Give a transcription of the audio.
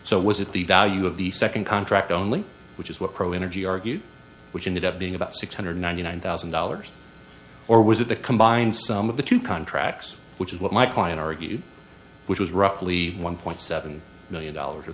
so was it the value of the second contract only which is what pro energy argued which ended up being about six hundred ninety nine thousand dollars or was it the combined some of the two contracts which is what my client argued which was roughly one point seven million dollars or